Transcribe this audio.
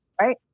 right